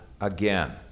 again